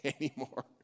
anymore